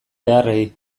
beharrei